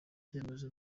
cyemezo